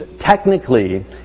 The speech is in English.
technically